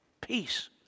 Peace